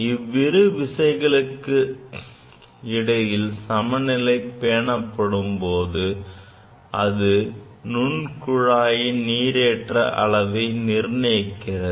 இவ்விரு விசைகளுக்கு இடையில் சமநிலை பேணப்படும் போது அது நுண் குழாயின் நீரேற்ற அளவை நிர்ணயிக்கிறது